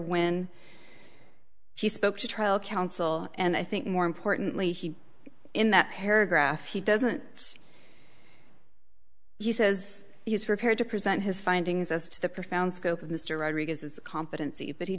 when he spoke to trial counsel and i think more importantly he in that paragraph he doesn't he says he's prepared to present his findings as to the profound scope of mr rodriguez is competency but he